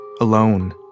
alone